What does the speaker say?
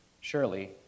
Surely